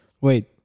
Wait